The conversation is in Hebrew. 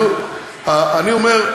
אני אומר,